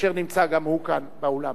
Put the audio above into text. אשר נמצא גם הוא כאן באולם.